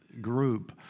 group